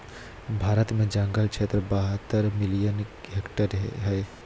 भारत में जंगल क्षेत्र बहत्तर मिलियन हेक्टेयर हइ